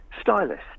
stylist